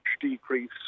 decrease